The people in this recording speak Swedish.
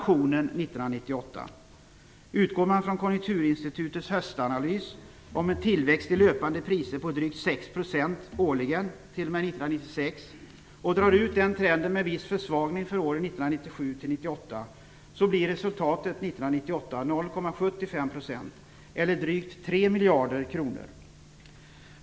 6 % årligen t.o.m. 1996 och drar ut den trenden med viss försvagning för åren 1997-1998 blir resultatet 0,75 % år 1998 eller drygt 3 miljarder kronor.